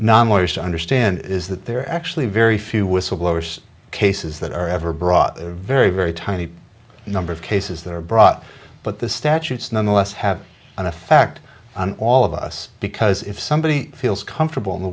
non lawyers to understand is that there are actually very few whistleblowers cases that are ever brought very very tiny number of cases that are brought but the statutes nonetheless have an effect on all of us because if somebody feels comfortable in the